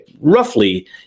roughly